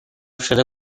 شده